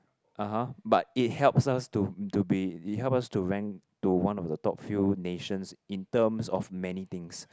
ah ha but it helps us to to be it helps us to rank to one of the top field nations in terms of many things